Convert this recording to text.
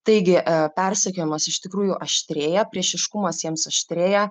taigi persekiojamas iš tikrųjų aštrėja priešiškumas jiems aštrėja